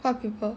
what people